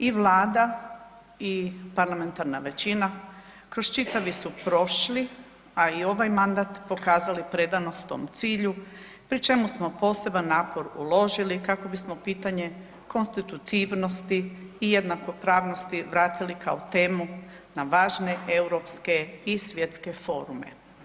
I Vlada i parlamentarna većina kroz čitavi su prošli, a i ovaj mandat pokazali predanost tom cilju pri čemu smo poseban napor uložili kako bismo pitanje konstitutivnosti i jednakopravnosti vratili kao temu na važne europske i svjetske forume.